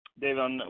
David